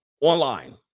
online